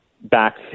back